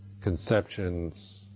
conceptions